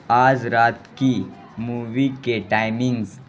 آج رات کی مووی کے ٹائمنگز